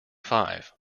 five